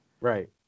Right